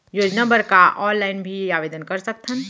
योजना बर का ऑनलाइन भी आवेदन कर सकथन?